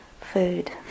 food